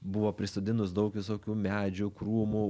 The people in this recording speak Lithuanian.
buvo prisodinus daug visokių medžių krūmų